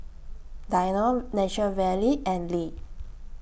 Danone Nature Valley and Lee